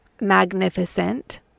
magnificent